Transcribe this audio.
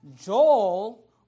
Joel